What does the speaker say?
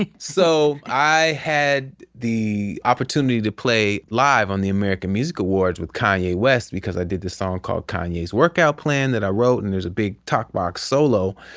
and so, i had the opportunity to play live on the american music awards with kanye west because i did this song called, kanye's workout plan, that i wrote, and there's a big talkbox solo.